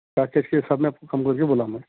تاکہ اِس کے سب میں آپ کو کم کر کے بولا میں